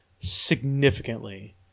significantly